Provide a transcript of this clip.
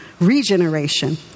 regeneration